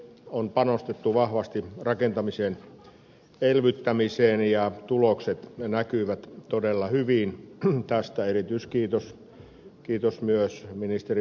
on panostettu vahvasti rakentamisen elvyttämiseen ja tulokset näkyvät todella hyvin tästä erityiskiitos myös ministeri vapaavuorelle